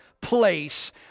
place